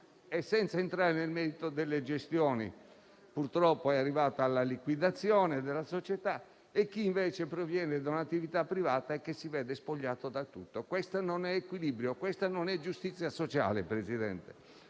e senza entrare nel merito delle gestioni (purtroppo è arrivata la liquidazione della società) e chi invece proviene da un'attività privata e si vede spogliato di tutto: questo non è equilibrio, Presidente, non è giustizia sociale.